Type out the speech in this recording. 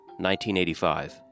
1985